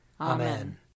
Amen